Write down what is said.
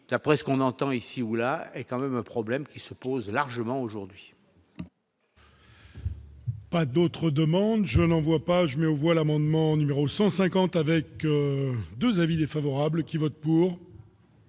d'après ce qu'on entend ici ou là et quand même un problème qui se pose, largement aujourd'hui. Pas d'autres demandes je n'en vois pas je me voix l'amendement numéro 150 avec 2 avis défavorables qui vote pour.